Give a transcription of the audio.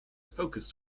focused